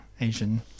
asian